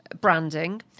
branding